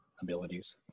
abilities